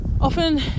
often